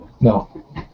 No